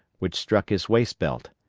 which struck his waist-belt.